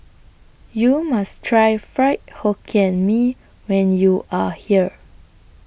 YOU must Try Fried Hokkien Mee when YOU Are here